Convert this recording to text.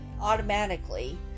automatically